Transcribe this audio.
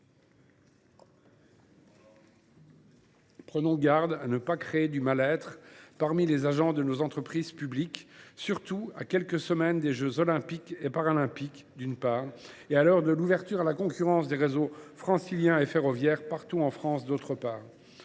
Ayons garde de ne pas introduire du mal être parmi les agents de nos entreprises publiques, surtout à quelques semaines des jeux Olympiques et Paralympiques et à l’heure de l’ouverture à la concurrence des réseaux franciliens et ferroviaires partout en France. Après